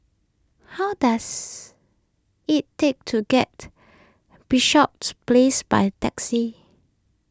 how does it take to get Bishops Place by taxi